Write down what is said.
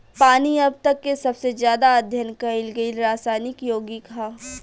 पानी अब तक के सबसे ज्यादा अध्ययन कईल गईल रासायनिक योगिक ह